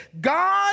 God